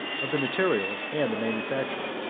of the materials and the manufacture.